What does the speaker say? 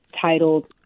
titled